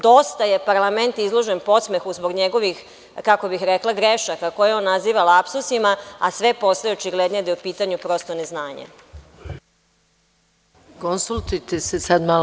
Dosta je parlament izložen podsmehu zbog njegovih, kako bih rekla, grešaka koje on naziva lapsusima, a sve postaje očiglednije da je u pitanju neznanje.